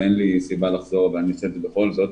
ואין לי סיבה לחזור אבל אני אעשה את זה בכל זאת.